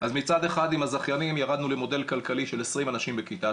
אז מצד אחד עם הזכיינים ירדנו למודל כלכלי של 20 אנשים בכיתה,